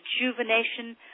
rejuvenation